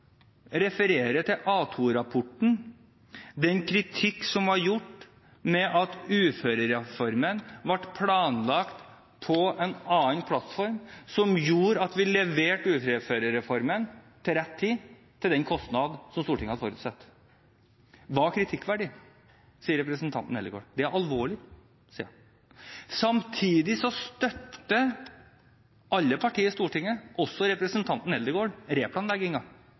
refererer til A2-rapporten og kritikken av at uførereformen ble planlagt på en annen plattform, noe som gjorde at vi leverte uførereformen til rett tid og til den kostnad som Stortinget hadde forutsatt. Det var kritikkverdig, sier representanten Eldegard. Det er alvorlig, sier hun. Samtidig støtter alle partier i Stortinget, også representanten Eldegard,